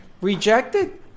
Rejected